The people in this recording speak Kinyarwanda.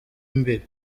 imbibi